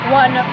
one